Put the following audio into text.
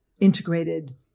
integrated